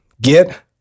Get